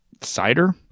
cider